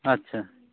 ᱟᱪᱪᱷᱟ